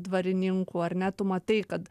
dvarininkų ar ne tu matai kad